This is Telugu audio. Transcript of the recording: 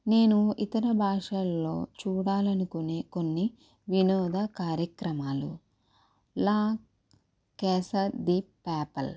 నేను ఇతర భాషల్లో చూడాలనుకునే కొన్ని వినోద కార్యక్రమాలు లా కేసర్ దీప్ పేపల్